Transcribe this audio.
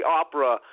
opera